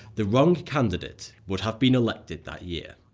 the wrong candidate would have been elected that year.